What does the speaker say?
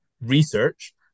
research